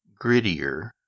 grittier